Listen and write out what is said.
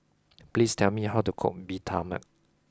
please tell me how to cook Bee Tai Mak